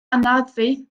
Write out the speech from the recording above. anafu